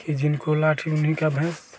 कि जिनकी लाठी उन्हीं की भैंस